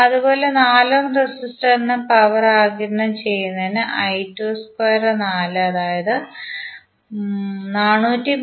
അതുപോലെ 4 ഓം റെസിസ്റ്ററിന് പവർ ആഗിരണം ചെയ്യുന്ന I22 അത് 436